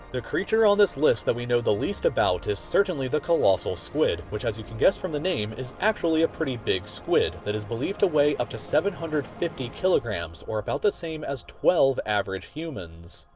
the creature on this list that we know the least about, is certainly the colossal squid which has you can guess from the name, is actually a pretty big squid, that is believed away up to seven hundred and fifty kilograms or about the same as twelve average humans,